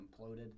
imploded